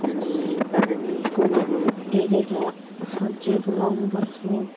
अनि पानीको मुहान हेरेर सब्जीहरू लाउनु पर्छ